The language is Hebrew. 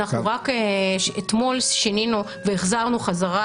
אנחנו רק אתמול שינינו והחזרנו חזרה